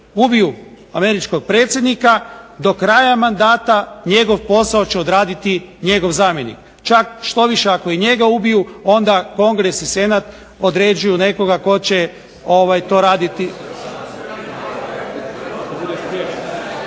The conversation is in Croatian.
ubiju američkog predsjednika, do kraja mandata njegov posao će odraditi njegov zamjenik, čak štoviše ako i njega ubiju onda Kongres i Senat određuju nekoga tko će to raditi.